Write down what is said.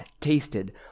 tasted